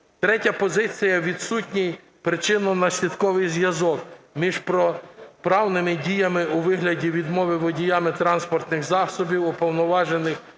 Третя позиція. Відсутній причинно-наслідковий зв'язок між протиправними діями у вигляді відмови водіями транспортних засобів уповноважених